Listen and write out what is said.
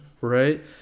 right